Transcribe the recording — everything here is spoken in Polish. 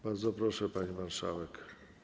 Bardzo proszę, pani marszałek.